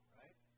right